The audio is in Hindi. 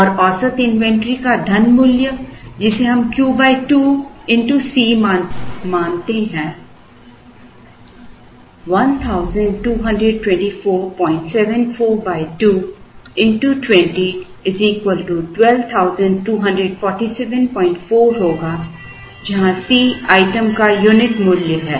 और औसत इन्वेंट्री का धन मूल्य जिसे हम Q 2 C मानते हैं 122474 2 20 122474 होगा जहां C आइटम का यूनिट मूल्य है